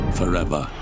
forever